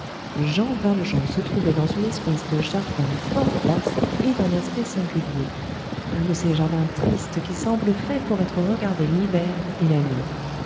jean valjean se trouvait dans une espèce de jardin fort vaste et d'un aspect singulier un de ces jardins tristes qui semblent faits pour être regardés l'hiver et la nuit